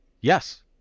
yes